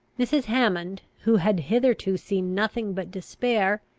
mrs. hammond, who had hitherto seen nothing but despair,